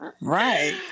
Right